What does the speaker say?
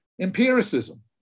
empiricism